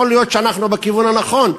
יכול להיות שאנחנו בכיוון הנכון,